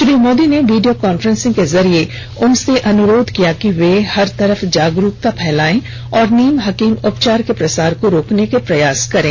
श्री मोदी ने video conference के जरिए उनसे अनुरोध किया कि वे हर तरफ जागरुकता फैलायें और नीम हकीम उपचार के प्रसार को रोकने के उपाय करें